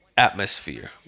Atmosphere